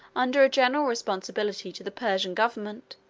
under a general responsibility to the persian government,